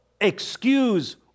excuse